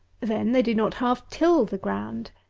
then they do not half till the ground.